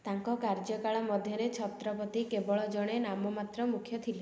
ତାଙ୍କ କାର୍ଯ୍ୟକାଳ ମଧ୍ୟରେ ଛତ୍ରପତି କେବଳ ଜଣେ ନାମମାତ୍ର ମୁଖ୍ୟ ଥିଲେ